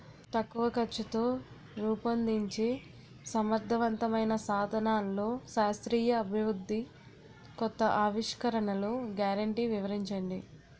తక్కువ ఖర్చుతో రూపొందించే సమర్థవంతమైన సాధనాల్లో శాస్త్రీయ అభివృద్ధి కొత్త ఆవిష్కరణలు గ్యారంటీ వివరించండి?